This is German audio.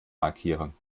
markieren